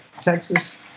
Texas